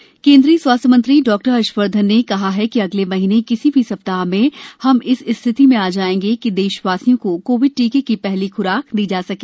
corona vaccine केन्द्रीय स्वास्थ्य मंत्री डॉक्टर हर्षवर्धन ने कहा है कि अगले महीने किसी भी सप्ताह में हम इस स्थिति में आ जायेंगे कि देशवासियों को कोविड टीके की पहली ख्राक दी जा सके